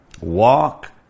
Walk